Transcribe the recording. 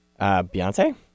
Beyonce